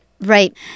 Right